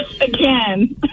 again